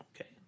Okay